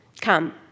Come